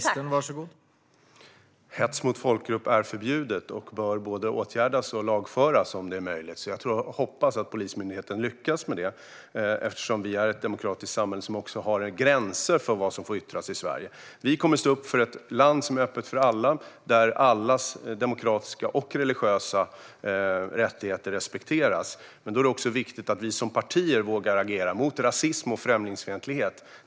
Herr talman! Hets mot folkgrupp är förbjudet och bör både åtgärdas och lagföras om det är möjligt. Jag hoppas att Polismyndigheten lyckas med det, eftersom Sverige är ett demokratiskt samhälle som har gränser för vad som får yttras. Vi kommer att stå upp för ett land som är öppet för alla och där allas demokratiska och religiösa rättigheter respekteras, men då är det också viktigt att vi som partier vågar agera mot rasism och främlingsfientlighet.